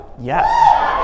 Yes